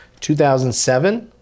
2007